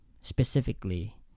specifically